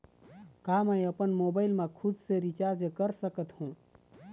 का मैं आपमन मोबाइल मा खुद से रिचार्ज कर सकथों?